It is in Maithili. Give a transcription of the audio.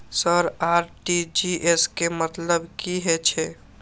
सर आर.टी.जी.एस के मतलब की हे छे?